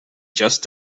just